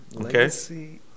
Okay